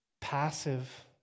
passive